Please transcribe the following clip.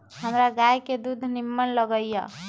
हमरा गाय के दूध निम्मन लगइय